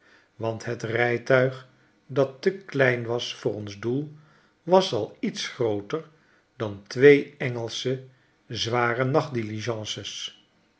want het rijtuig dat teklein was voor ons doel was al iets grooter dan twee engelsche zware